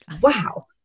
wow